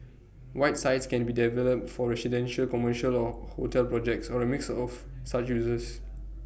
white sites can be developed for residential commercial or hotel projects or A mix of such uses